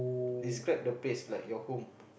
describe the place like your home